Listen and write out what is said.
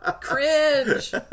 Cringe